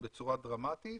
בצורה דרמטית,